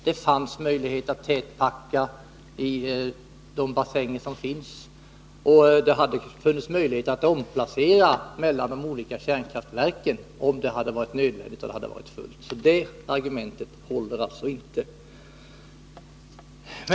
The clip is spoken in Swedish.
Det fanns möjlighet att tätpacka i de bassänger som finns, och det hade funnits möjligheter att omplacera mellan de olika kärnkraftverken, om det hade varit fullt. Det argumentet håller alltså inte.